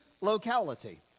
locality